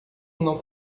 não